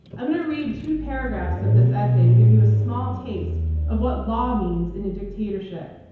i'm going to read two paragraphs of this essay to give you a small taste of what law means in a dictatorship.